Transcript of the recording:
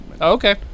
okay